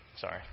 Sorry